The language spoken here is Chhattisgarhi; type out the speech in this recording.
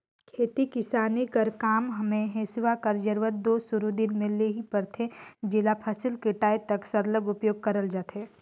खेती किसानी कर काम मे हेसुवा कर जरूरत दो सुरू दिन ले ही परथे जेला फसिल कटाए तक सरलग उपियोग करल जाथे